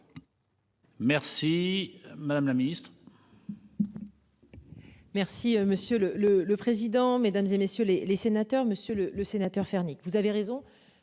Merci madame la ministre.